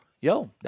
Yo